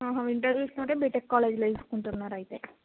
ఇంటర్వ్యూస్కి అంటే బీటెక్ కాలేజ్లో తీసుకుంటున్నారైతే